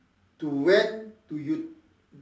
to when do you